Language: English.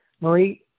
marie